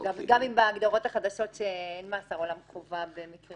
גם אם בהגדרות החדשות שאין מאסר עולם חובה במקרים